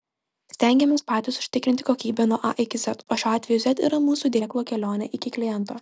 stengiamės patys užtikrinti kokybę nuo a iki z o šiuo atveju z yra mūsų dėklo kelionė iki kliento